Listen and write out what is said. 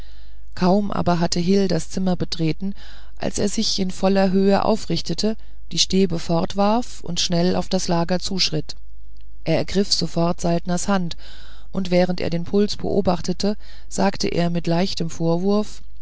kaum aber hatte hil das zimmer betreten als er sich in voller höhe aufrichtete die stäbe fortwarf und schnell auf das lager zuschnitt er ergriff sofort saltners hand und während er den puls beobachtete sagte er mit leichtem vorwurf